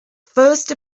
first